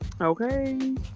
Okay